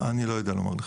אני לא יודע לומר לך.